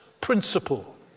principle